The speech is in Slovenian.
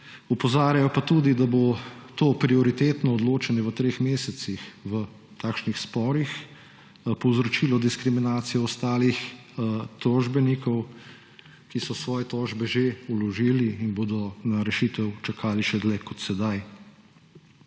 Opozarjajo pa tudi, da bo to prioritetno odločanje v treh mesecih v takšnih sporih povzročilo diskriminacijo ostalih tožbenikov, ki so svoje tožbe že vložili in bodo na rešitev čakali še dlje kot sedaj.